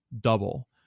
double